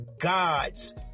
God's